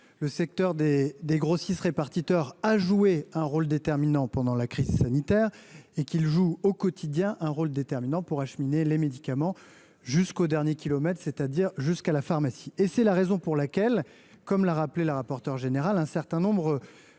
le secteur des des grossistes répartiteurs a joué un rôle déterminant pendant la crise sanitaire et qu'il joue au quotidien un rôle déterminant pour acheminer les médicaments jusqu'au dernier kilomètre, c'est-à-dire jusqu'à la pharmacie et c'est la raison pour laquelle, comme l'a rappelé la rapporteure générale, un certain nombre